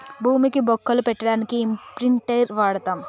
భూమికి బొక్కలు పెట్టడానికి ఇంప్రింటర్ వాడతం